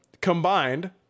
combined